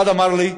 אחד אמר לי: